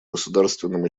государственным